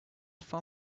for